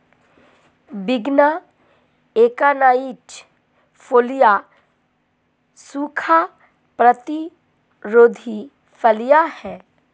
विग्ना एकोनाइट फोलिया सूखा प्रतिरोधी फलियां हैं